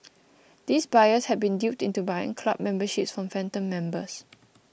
these buyers had been duped into buying club memberships from phantom members